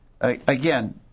again